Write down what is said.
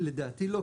לדעתי לא,